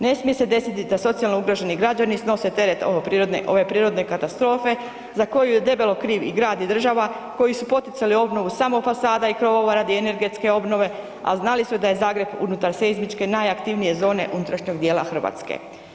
Ne smije se desiti da socijalno ugroženi građani snose teret ove prirodne katastrofe za koju je debelo kriv i grad i država, koji su poticali obnovu samo fasada i krovova radi energetske obnove, a znali su da je Zagreb unutar seizmičke najaktivnije zone unutrašnjeg dijela Hrvatske.